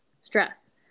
Stress